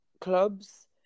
clubs